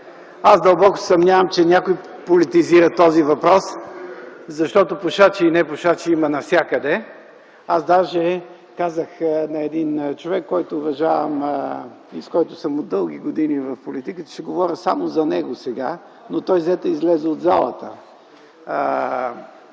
Аз дълбоко се съмнявам, че някой политизира този въпрос, защото пушачи и непушачи има навсякъде. Аз даже казах на един човек, който уважавам и с когото съм от дълги години в политиката, че ще говоря само за него сега, но той взе, че излезе от залата.